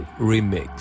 Remix